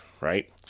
Right